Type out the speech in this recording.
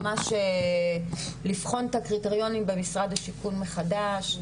ממש לבחון את הקריטריונים במשרד השיכון מחדש.